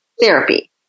therapy